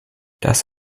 das